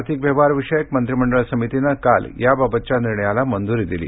आर्थिक व्यवहारविषयक मंत्रीमंडळ समितीनं काल याबाबतच्या निर्णयाला मंजूरी दिली